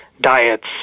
diets